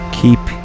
keep